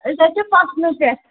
أسۍ حظ چھِ پَتھنہٕ پٮ۪ٹھ